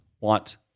want